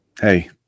Hey